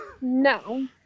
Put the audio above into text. No